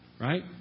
Right